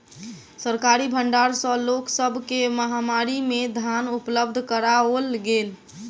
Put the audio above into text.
सरकारी भण्डार सॅ लोक सब के महामारी में धान उपलब्ध कराओल गेल